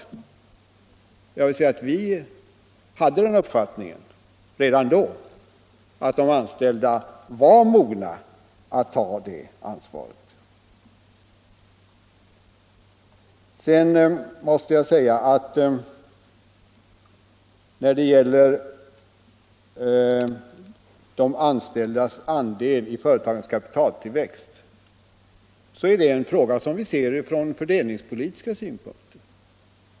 Jag vill säga att vi hade den uppfattningen redan då att de anställda var mogna för ett sådant ansvar. När det gäller de anställdas andel i företagets kapitaltillväxt, så är det en fråga som vi ser från fördelningspolitiska synpunkter.